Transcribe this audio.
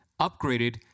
upgraded